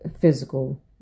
physical